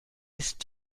ist